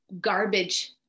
garbage